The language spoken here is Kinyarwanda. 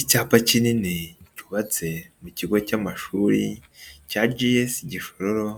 Icyapa kinini cyubatse mu kigo cy'amashuri cya GS Gishororo